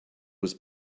was